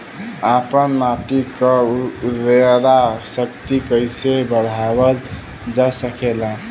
आपन माटी क उर्वरा शक्ति कइसे बढ़ावल जा सकेला?